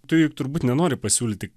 tu juk turbūt nenori pasiūlyti